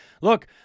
Look